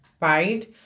Right